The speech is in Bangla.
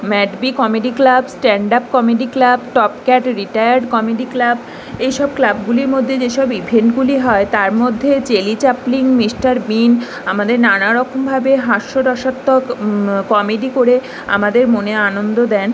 mad B comedy club standup comedy club top cat retired comedy club এইসব ক্লাবগুলির মধ্যে যেসব ইভেন্টগুলি হয় তার মধ্যে চার্লি চ্যাপলিন মিস্টার বিন আমাদের নানারকমভাবে হাস্যরসাত্মক কমেডি করে আমাদের মনে আনন্দ দেন